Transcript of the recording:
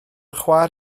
chwaer